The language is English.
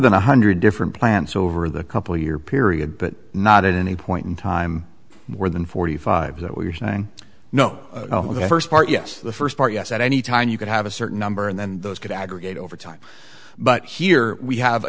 than one hundred different plants over the couple year period but not at any point in time more than forty five that what you're saying no the first part yes the first part yes at any time you could have a certain number and those could aggregate over time but here we have a